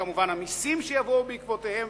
וכמובן המסים שיבואו בעקבותיהם,